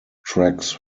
tracks